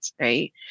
right